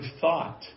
thought